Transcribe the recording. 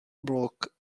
blok